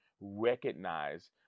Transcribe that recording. recognize